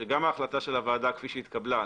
שגם ההחלטה של הוועדה כפי שהתקבלה,